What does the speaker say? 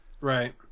right